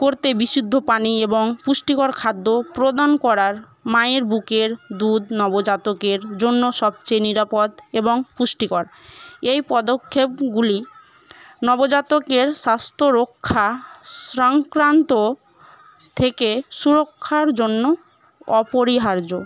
করতে বিশুদ্ধ পানি এবং পুষ্টিকর খাদ্য প্রদান করার মায়ের বুকের দুধ নবজাতকের জন্য সবচেয়ে নিরাপদ এবং পুষ্টিকর এই পদক্ষেপগুলি নবজাতকের স্বাস্থ্য রক্ষা সংক্রান্ত থেকে সুরক্ষার জন্য অপরিহার্য